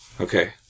Okay